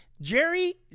Jerry